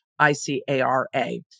ICARA